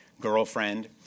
girlfriend